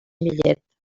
millet